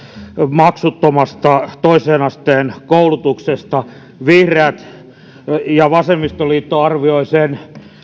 maksuttomasta toisen asteen koulutuksesta vihreät ja vasemmistoliitto arvioivat sen